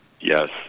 Yes